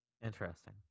Interesting